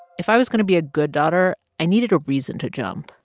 if i was going to be a good daughter, i needed a reason to jump.